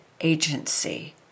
agency